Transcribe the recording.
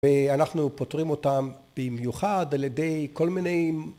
ואנחנו פותרים אותם במיוחד על ידי כל מיני